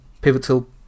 pivotal